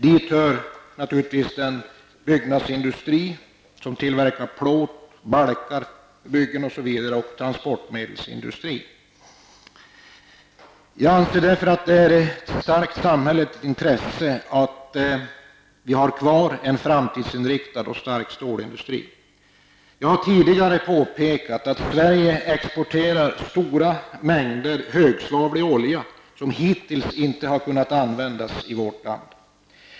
Dit hör naturligtvis den byggnadsindustri som tillverkar plåt, balkar, m.m. och transportmedelsindustrin. Jag anser därför att det är ett starkt samhälleligt intresse att vi har kvar en framtidsinriktad och stark stålindustri. Jag har tidigare påpekat att Sverige exporterar stora mängder högsvavlig olja som hittills inte har kunnat användas i vårt land.